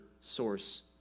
source